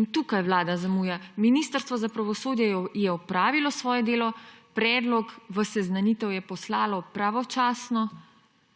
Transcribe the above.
in tukaj Vlada zamuja. Ministrstvo za pravosodje je opravilo svoje delo, predlog v seznanitev je poslalo pravočasno,